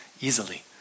easily